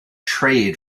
trade